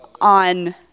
on